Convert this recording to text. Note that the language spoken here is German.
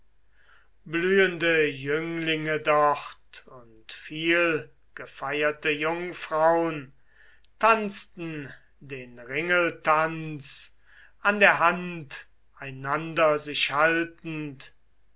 blühende jünglinge dort und vielgefeierte jungfraun tanzten den ringeltanz an der hand einander sich haltend